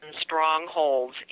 strongholds